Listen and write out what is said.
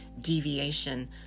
deviation